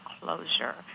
closure